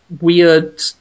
weird